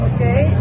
Okay